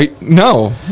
No